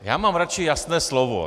Já mám radši jasné slovo.